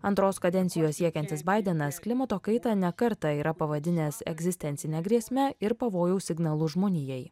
antros kadencijos siekiantis baidenas klimato kaitą ne kartą yra pavadinęs egzistencine grėsme ir pavojaus signalu žmonijai